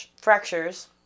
fractures